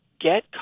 get